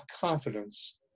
confidence